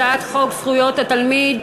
הצעת חוק זכויות התלמיד,